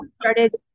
started